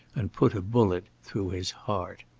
and put a bullet through his heart.